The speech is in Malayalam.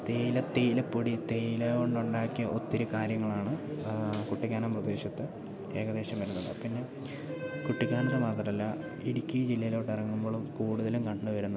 തേയില തേയിലപ്പൊടി തേയില കൊണ്ടുണ്ടാക്കിയ ഒത്തിരി കാര്യങ്ങളാണ് കുട്ടിക്കാനം പ്രദേശത്ത് ഏകദേശം വരുന്നത് പിന്നെ കുട്ടിക്കാനത്ത് മാത്രമല്ല ഇടുക്കി ജില്ലയിലോട്ടിറങ്ങുമ്പോഴും കൂടുതലും കണ്ടു വരുന്നത്